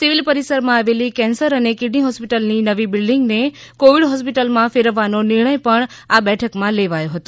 civil પરિસર માં આવેલી કેન્સર અને કિડની હોસ્પિટલ ની નવી બિલ્ડીંગ ને કોવિડ હોસ્પિટલ માં ફેરવવાનો નિર્ણય પણ આ બેઠક માં લેવાયો હતો